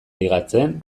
ligatzen